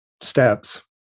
steps